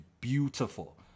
beautiful